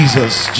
Jesus